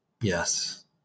Yes